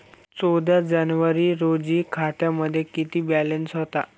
चौदा जानेवारी रोजी खात्यामध्ये किती बॅलन्स होता?